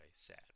sad